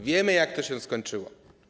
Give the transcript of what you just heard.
Wiemy, jak to się skończyło.